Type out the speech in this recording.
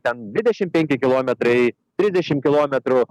ten dvidešimt penki kilometrai trisdešimt kilometrų